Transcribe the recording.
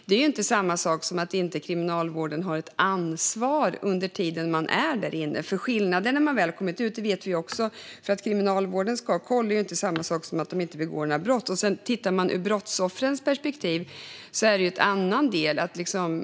Det är ju inte samma sak som att Kriminalvården inte har ett ansvar under den tid en person är på anstalt. Skillnaden när personen väl kommit ut vet vi också. Att Kriminalvården ska ha koll är inte samma sak som att den frigivne inte begår brott. Brottsoffrens perspektiv är en annan del.